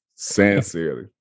sincerely